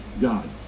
God